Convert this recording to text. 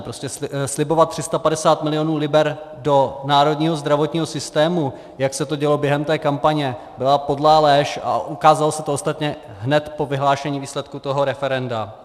Prostě slibovat 350 milionů liber do národního zdravotního systému, jak se to dělo během té kampaně, byla podlá lež a ukázalo se to ostatně hned po vyhlášení výsledku toho referenda.